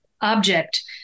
object